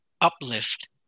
uplift